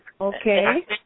Okay